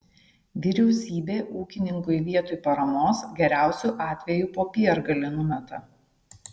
vyriausybė ūkininkui vietoj paramos geriausiu atveju popiergalį numeta